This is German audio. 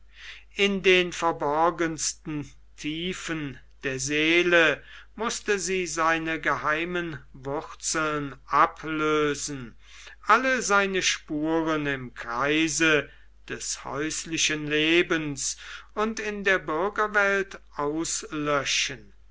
in den verborgensten tiefen der seele mußte sie seine geheimen wurzeln ablösen alle seine spuren im kreise des häuslichen lebens und in der bürgerwelt auslöschen